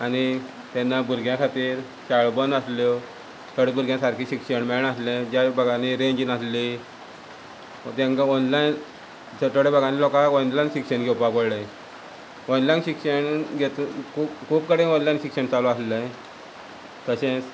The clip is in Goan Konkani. आनी तेन्ना भुरग्यां खातीर शाळा बंद आसल्यो थोडे भुरग्यांक सारकें शिक्षण मेळनासलें ज्या भागांनी रेंज नासली तेंका ऑनलायन थोडे थोडे भागांनी लोकांक ऑनलायन शिक्षण घेवपाक पडलें ऑनलायन शिक्षण घेत खूब कडेन ऑनलायन शिक्षण चालू आसलें तशेंच